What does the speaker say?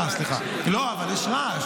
סליחה, אבל יש רעש.